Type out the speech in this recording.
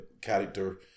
character